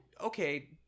okay